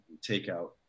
takeout